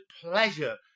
pleasure